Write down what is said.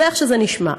זה איך שזה נשמע.